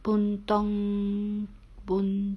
boon tong boon